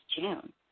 June